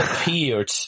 appeared